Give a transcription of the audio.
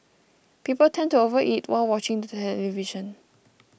people tend to overeat while watching the television